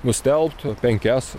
nustelbt penkias